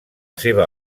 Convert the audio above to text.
seva